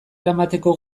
eramateko